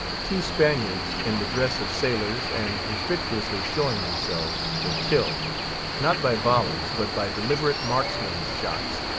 two spaniards, in the dress of sailors, and conspicuously showing themselves, were killed not by volleys, but by deliberate marksman's shots